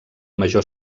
major